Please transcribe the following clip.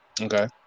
Okay